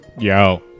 Yo